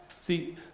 See